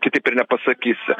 kitaip ir nepasakysi